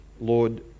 Lord